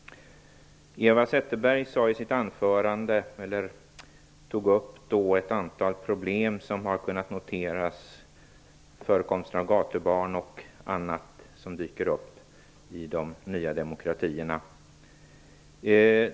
Eva Zetterberg tog i sitt anförande upp ett antal problem som har dykt upp i de nya demokratierna, nämligen förekomsten av gatubarn och annat.